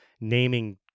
naming